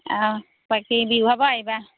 অঁ বাকী বিহু খাব আহিবা